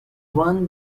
won